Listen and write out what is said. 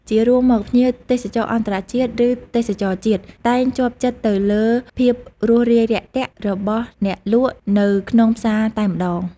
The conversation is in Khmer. ជារួមមក ភ្ញៀវទេសចរអន្តរជាតិឬទេសចរជាតិ តែងជាប់ចិត្តទៅលើភាពរួសរាយរាក់ទាក់របស់អ្នកលក់នៅក្នុងផ្សារតែម្តង។